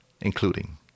including